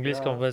ya